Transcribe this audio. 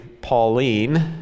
Pauline